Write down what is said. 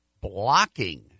blocking